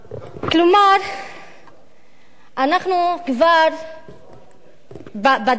כלומר אנחנו כבר ב"דד אנד",